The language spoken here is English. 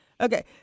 Okay